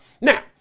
Now